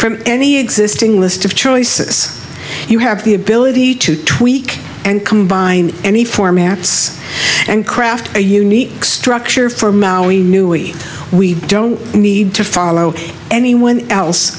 from any existing list of choices you have the ability to tweak and combine any formats and craft a unique structure for maoi new we we don't need to follow anyone else